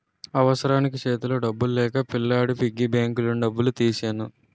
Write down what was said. అవసరానికి సేతిలో డబ్బులు లేక పిల్లాడి పిగ్గీ బ్యాంకులోని డబ్బులు తీసెను